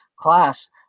class